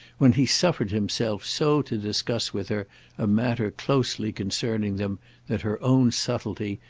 when he suffered himself so to discuss with her a matter closely concerning them that her own subtlety,